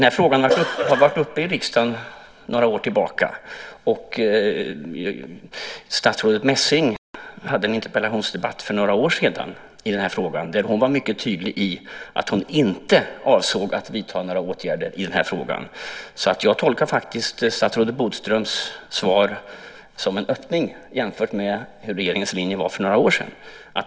Frågan var uppe i riksdagen några år tillbaka. Statsrådet Messing hade en interpellationsdebatt för några år sedan i den här frågan, där hon var mycket tydlig med att hon inte avsåg att vidta några åtgärder. Jag tolkar justitieminister Bodströms svar som en öppning jämfört med hur regeringens linje var för några år sedan.